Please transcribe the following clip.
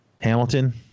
Hamilton